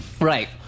Right